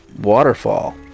waterfall